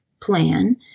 plan